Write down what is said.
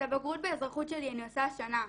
הבגרות באזרחות שלי אני עושה השנה,